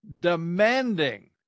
demanding